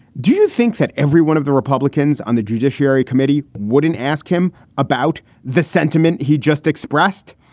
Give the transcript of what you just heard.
do you think that every one of the republicans on the judiciary committee wouldn't ask him about the sentiment he just expressed,